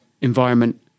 environment